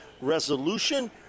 Resolution